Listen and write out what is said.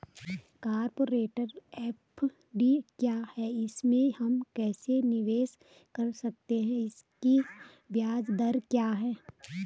Corporate FD क्या है इसमें हम कैसे निवेश कर सकते हैं इसकी ब्याज दर क्या है?